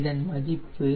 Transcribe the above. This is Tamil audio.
இதன் மதிப்பு 0